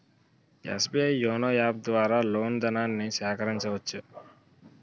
SBI YONO app ద్వారా loan ధనాన్ని సేకరించవచ్చు